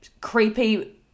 creepy